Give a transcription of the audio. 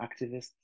activists